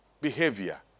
behavior